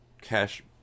Cash